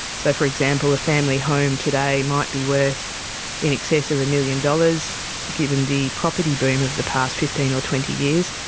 so for example, the family home today might be worth in excess of a million dollars given the property boom of the past fifteen or twenty years,